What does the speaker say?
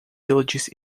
villages